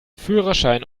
führerschein